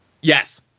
Yes